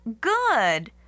Good